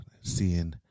Seeing